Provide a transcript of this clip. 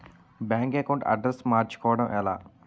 Bank account address మార్చుకోవడం ఎలా?